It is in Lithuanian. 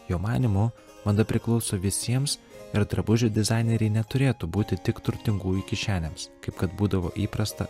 jo manymu mada priklauso visiems ir drabužių dizaineriai neturėtų būti tik turtingųjų kišenėms kaip kad būdavo įprasta